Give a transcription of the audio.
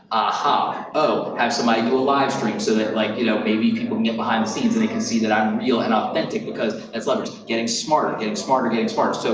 aha, oh, have somebody do a live stream, so and that like you know maybe people can get behind the scenes and they can see that i'm real and authentic, because that's leverage, getting smarter, getting smarter, getting smarter. so,